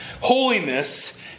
Holiness